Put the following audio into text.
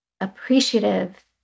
appreciative